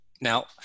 Now